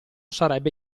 sarebbe